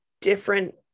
different